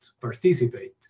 participate